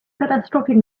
catastrophic